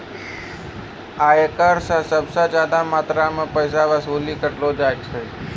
आयकर स सबस ज्यादा मात्रा म पैसा वसूली कयलो जाय छै